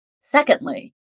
Secondly